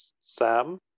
Sam